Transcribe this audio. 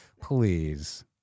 Please